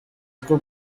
two